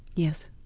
yes.